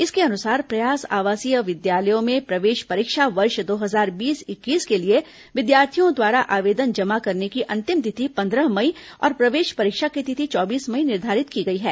इसके अनुसार प्रयास आवासीय विद्यालयों में प्रवेश परीक्षा वर्ष दो हजार बीस इक्कीस के लिए विद्यार्थियों द्वारा आवेदन जमा करने की अंतिम तिथि पन्द्रह मई और प्रवेश परीक्षा की तिथि चौबीस मई निर्धारित की गई है